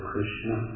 Krishna